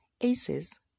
ACEs